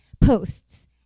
posts